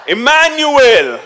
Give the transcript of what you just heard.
Emmanuel